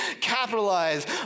capitalize